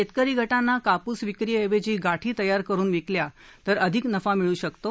शेतकरी गटांना काप्स विक्री ऐवजी गाठी तयार करून विकल्या तर अधिक नफा मिळ् शकतो